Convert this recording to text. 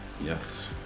Yes